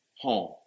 home